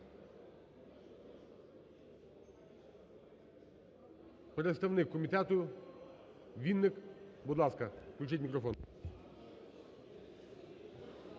Представник комітету – Вінник. Будь ласка, включіть мікрофон.